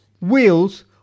wheels